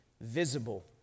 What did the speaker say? visible